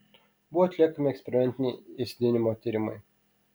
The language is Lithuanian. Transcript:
buvo atliekami eksperimentiniai ėsdinimo tyrimai